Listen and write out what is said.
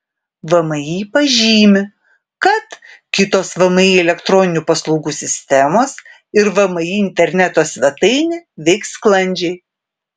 vmi pažymi kad kitos vmi elektroninių paslaugų sistemos ir vmi interneto svetainė veiks sklandžiai